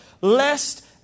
lest